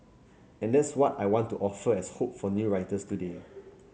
and that's what I want to offer as hope for new writers today